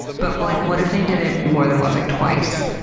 but what like what if they did it more than once? like twice?